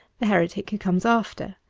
the heretic who comes after.